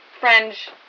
French